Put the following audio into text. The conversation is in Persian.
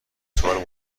سوال